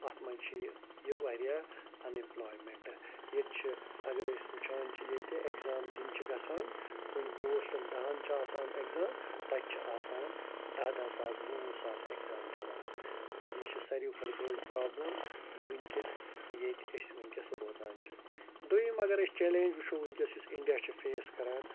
اَتھ منٛز چھِ یہِ یہِ واریاہ اَن امپلایمٮ۪نٹ ییٚتہِ چھِ اگر أسۍ وٕچھان چھِ ییٚتہِ اٮ۪گزام دِنۍ چھِ گژھان کُنہِ پوسٹَن دَہَن چھُ آسان اٮ۪گزام تَتہِ چھِ آسان دَہ دَہ ساس وُہ وُہ ساس اٮ۪گزام دِوان تہٕ یہِ چھِ ساروی کھۄتہٕ بٔڑ پرٛابلم یہِ وٕنکٮ۪س ییٚتہِ أسۍ وٕنکٮ۪س روزان چھِ دوٚیُِم اگر أسۍ چَلینٛج وٕچھو وٕنکٮ۪س یُس اِنڈیا چھِ فیس کَران